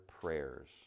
prayers